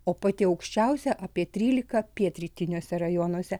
o pati aukščiausia apie trylika pietrytiniuose rajonuose